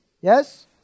Yes